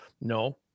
no